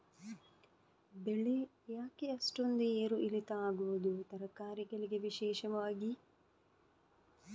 ಬೆಳೆ ಯಾಕೆ ಅಷ್ಟೊಂದು ಏರು ಇಳಿತ ಆಗುವುದು, ತರಕಾರಿ ಗಳಿಗೆ ವಿಶೇಷವಾಗಿ?